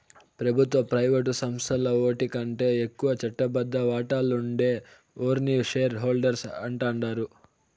పెబుత్వ, ప్రైవేటు సంస్థల్ల ఓటికంటే ఎక్కువ చట్టబద్ద వాటాలుండే ఓర్ని షేర్ హోల్డర్స్ అంటాండారు